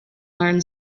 learn